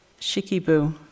Shikibu